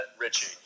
richie